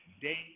day